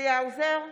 צבי האוזר,